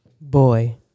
Boy